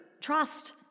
trust